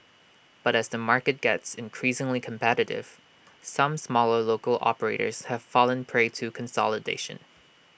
but as the market gets increasingly competitive some smaller local operators have fallen prey to consolidation